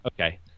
Okay